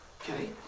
Okay